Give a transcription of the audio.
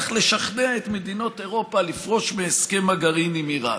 לשכנע את מדינות אירופה לפרוש מהסכם הגרעין עם איראן.